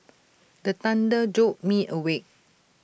the thunder jolt me awake